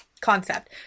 concept